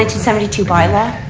seventy two by-law?